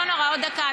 לא נורא, עוד דקה.